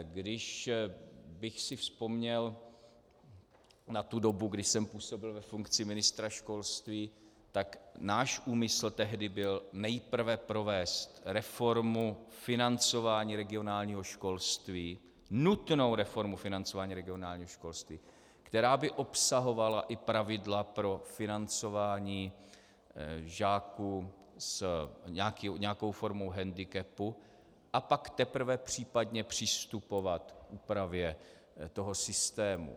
Kdybych si vzpomněl na tu dobu, kdy jsem působil ve funkci ministra školství, tak náš úmysl tehdy byl nejprve provést reformu financování regionálního školství, nutnou reformu financování regionálního školství, která by obsahovala i pravidla pro financování žáků s nějakou formou hendikepu, a pak teprve případně přistupovat k úpravě toho systému.